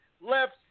left